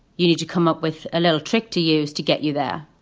you need to come up with a little trick to use to get you there.